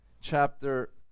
chapter